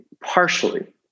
partially